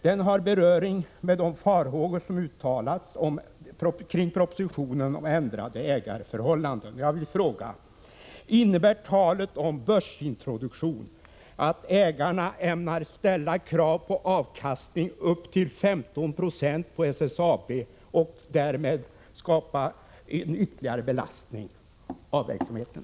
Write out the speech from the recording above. Den har beröring med de farhågor som har uttalats kring propositionen om ändrade ägarförhållanden. Innebär talet om börsintroduktion att ägarna ämnar ställa krav på avkastning upp till 15 96 på SSAB och därmed skapa en ytterligare belastning på verksamheten?